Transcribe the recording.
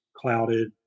clouded